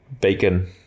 bacon